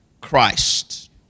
Christ